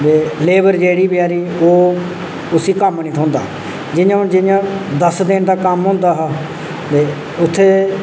labour जेह्ड़ी बचारी ओह् उस्सी कम्म निं थ्होंदा जि'यां हून जि'यां दस दिन दा कम्म होंदा हा ते उत्थै